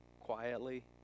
quietly